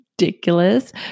ridiculous